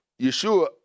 Yeshua